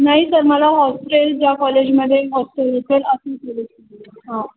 नाही सर मला हॉस्टेल ज्या कॉलेजमध्ये हॉस्टेल असेल हां